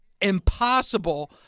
impossible